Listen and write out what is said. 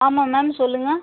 ஆமாம் மேம் சொல்லுங்கள்